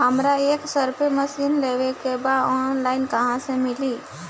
हमरा एक spray machine लेवे के बा ऑनलाइन कहवा मिली?